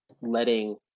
letting